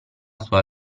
sua